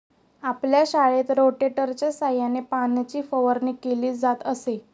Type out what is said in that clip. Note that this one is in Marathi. आपल्या शाळेत रोटेटरच्या सहाय्याने पाण्याची फवारणी केली जात असे